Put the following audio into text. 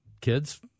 kids